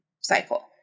cycle